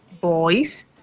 boys